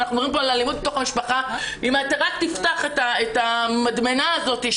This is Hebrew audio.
אלימות במשפחה זה טרור שגובה יותר קורבנות,